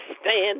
stand